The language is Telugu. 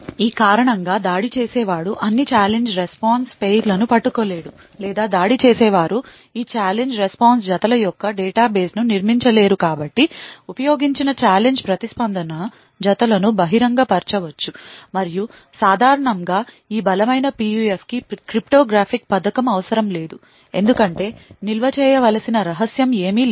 ఈ కారణంగా దాడి చేసేవాడు అన్ని ఛాలెంజ్ రెస్పాన్స్ పెయిర్లను పట్టుకోలేడు లేదా దాడి చేసేవారు ఈ ఛాలెంజ్ రెస్పాన్స్ జతల యొక్క డేటాబేస్ను నిర్మించలేరు కాబట్టి ఉపయోగించిన ఛాలెంజ్ ప్రతిస్పందన జతలను బహిరంగపరచవచ్చు మరియు సాధారణంగా ఈ బలమైన PUF కి క్రిప్టోగ్రాఫిక్ పథకం అవసరం లేదు ఎందుకంటే నిల్వ చేయవలసిన రహస్యం ఏమీ లేదు